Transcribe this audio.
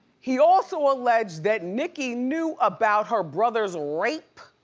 he also alleged that nicki knew about her brother's rape.